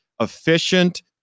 efficient